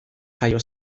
jaio